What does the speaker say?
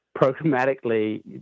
programmatically